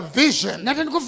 vision